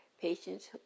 patients